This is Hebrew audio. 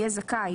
יהיה זכאי,